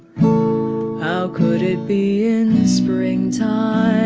how could it be in springtime?